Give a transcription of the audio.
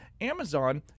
Amazon